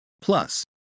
plus